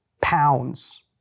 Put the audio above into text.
pounds